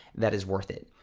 that is worth it.